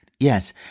Yes